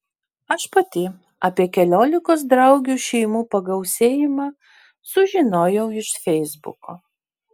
aš pati apie keliolikos draugių šeimų pagausėjimą sužinojau iš feisbuko